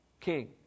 king